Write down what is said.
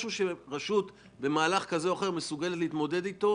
להתכנס למשהו שרשות מסוגלת להתמודד איתו,